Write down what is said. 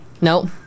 Nope